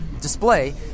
display